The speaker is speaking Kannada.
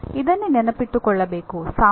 ಈಗ ಇದನ್ನೇ ನೆನಪಿನಲ್ಲಿಟ್ಟುಕೊಳ್ಳಬೇಕು